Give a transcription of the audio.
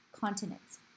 continents